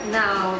now